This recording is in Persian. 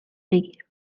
بگیر